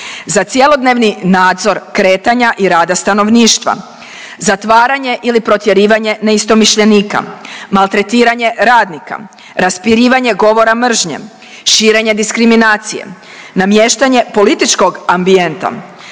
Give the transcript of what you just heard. za cjelodnevni nadzor kretanja i rada stanovništva, zatvaranje ili protjerivanje neistomišljenika, maltretiranje radnika, raspirivanje govora mržnje, širenje diskriminacije, namještanje političkog ambijenta,